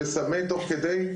לסמן תוך כדי,